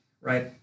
right